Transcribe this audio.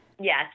Yes